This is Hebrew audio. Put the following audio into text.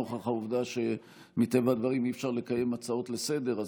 נוכח העובדה שמטבע הדברים אי-אפשר לקיים הצעות לסדר-היום,